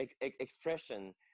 expression